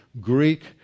Greek